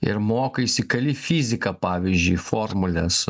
ir mokaisi kali fiziką pavyzdžiui formules